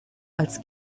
als